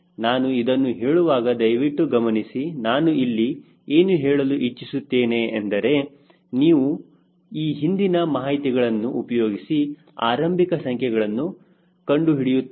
ನಾನು ಇದನ್ನು ಹೇಳುವಾಗ ದಯವಿಟ್ಟು ಗಮನಿಸಿ ನಾನು ಇಲ್ಲಿ ಏನು ಹೇಳಲು ಇಚ್ಚಿಸುತ್ತೇನೆ ಎಂದರೆ ನಾವು ಈ ಹಿಂದಿನ ಮಾಹಿತಿಗಳನ್ನು ಉಪಯೋಗಿಸಿ ಆರಂಭಿಕ ಸಂಖ್ಯೆಗಳನ್ನು ಕಂಡುಹಿಡಿಯುತ್ತದೆ